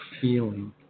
feeling